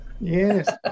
Yes